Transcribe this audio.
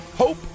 Hope